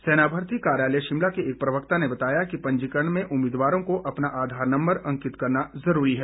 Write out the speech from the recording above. सेना भर्ती कार्यालय शिमला के एक प्रवक्ता ने बताया कि पंजीकरण में उम्मीदवारों को अपना आधार नम्बर अंकित करना जरूरी है